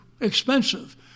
expensive